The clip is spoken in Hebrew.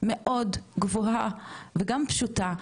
מאוד גבוהה וגם פשוטה,